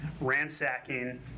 Ransacking